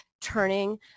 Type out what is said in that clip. turning